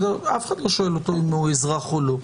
אף אחד לא שואל אותו אם הוא אזרח או לא,